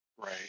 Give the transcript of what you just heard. right